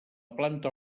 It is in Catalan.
planta